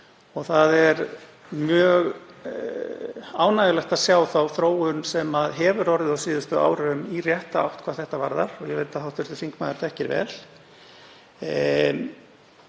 Það er mjög ánægjulegt að sjá þá þróun sem orðið hefur á síðustu árum í rétta átt hvað þetta varðar, og ég veit að hv. þingmaður þekkir vel,